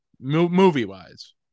movie-wise